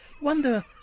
Wonder